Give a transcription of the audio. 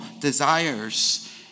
desires